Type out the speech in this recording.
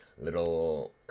little